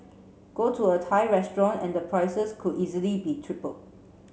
go to a Thai restaurant and the prices could easily be tripled